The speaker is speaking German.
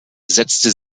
setzte